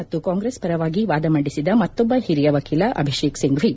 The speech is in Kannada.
ಮತ್ತು ಕಾಂಗ್ರೆಸ್ ಪರವಾಗಿ ವಾದ ಮಂಡಿಸಿದ ಮತ್ತೊಬ್ಲ ಹಿರಿಯ ವಕೀಲ ಅಭಿಷೇಕ್ ಸಿಂಪ್ಟಿ